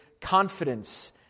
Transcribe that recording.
confidence